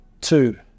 two